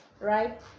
Right